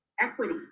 equity